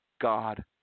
God